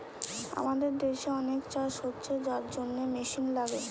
আমাদের দেশে অনেক চাষ হচ্ছে যার জন্যে মেশিন লাগে